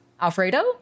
Alfredo